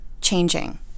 changing